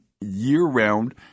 year-round